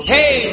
Hey